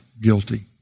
guilty